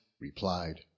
replied